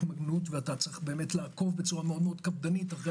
ואתה צריך לעקוב בצורה מאוד קפדנית אחרי